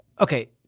Okay